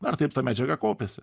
ar taip ta medžiaga kaupėsi